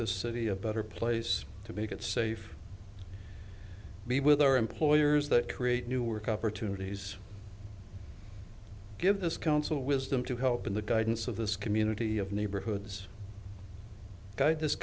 this city a better place to make it safe be with our employers that create new work opportunities give this council wisdom to help in the guidance of this community of neighborhoods